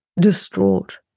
distraught